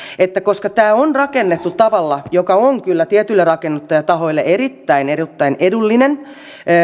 että tämä on rakennettu tavalla joka on kyllä tietyille rakennuttajatahoille erittäin erittäin edullinen